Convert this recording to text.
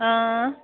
हां